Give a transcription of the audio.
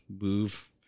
move